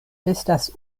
estas